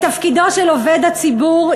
את תפקידו של עובד הציבור,